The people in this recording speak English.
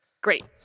Great